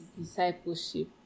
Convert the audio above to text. discipleship